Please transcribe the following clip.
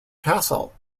castle